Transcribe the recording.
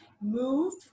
move